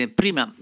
prima